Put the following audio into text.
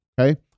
Okay